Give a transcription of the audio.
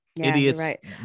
Idiots